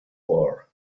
war